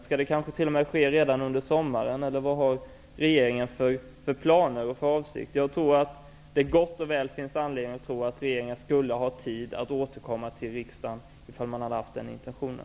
Skall det kanske t.o.m. ske redan under sommaren, eller vilka planer och avsikter har regeringen? Jag tror att det gott och väl finns anledning att tro att regeringen skulle ha tid att återkomma till riksdagen om den hade haft den intentionen.